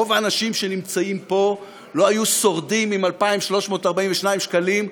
רוב האנשים פה לא היו שורדים עם 2,342 שקלים,